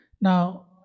Now